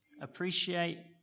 appreciate